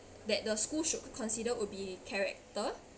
that the school should consider would be character